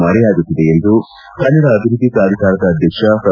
ಮರೆಯಾಗುತ್ತಿದೆ ಎಂದು ಕನ್ನಡ ಅಭಿವೃದ್ದಿ ಪ್ರಾಧಿಕಾರದ ಅಧ್ಯಕ್ಷ ಪ್ರೊ